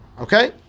Okay